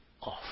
off